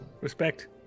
Respect